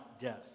death